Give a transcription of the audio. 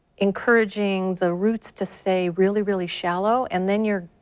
encouraging the routes to say really really shallow and then you're.